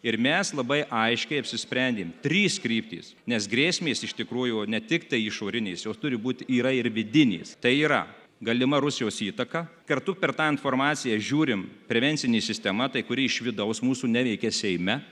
ir mes labai aiškiai apsisprendėm trys kryptys nes grėsmės iš tikrųjų ne tiktai išorinės jos turi būt yra ir vidinės tai yra galima rusijos įtaka kartu per tą informaciją žiūrim prevencinė sistema tai kuri iš vidaus mūsų neveikia seime